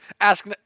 ask